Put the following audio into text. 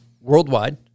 worldwide